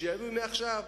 שיביאו עכשיו.